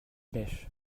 pêchent